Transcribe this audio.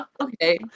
Okay